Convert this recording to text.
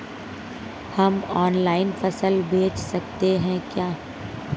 हम ऑनलाइन फसल बेच सकते हैं क्या?